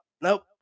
nope